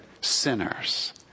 sinners